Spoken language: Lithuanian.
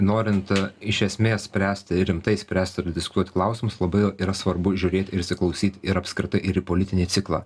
norint iš esmės spręst ir rimtai spręst ir diskutuot klausimus labai yra svarbu žiūrėt ir įsiklausyt ir apskritai ir į politinį ciklą